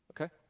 Okay